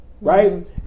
right